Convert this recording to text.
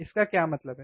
इसका क्या मतलब है